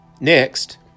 Next